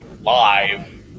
live